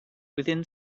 within